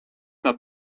nad